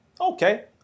Okay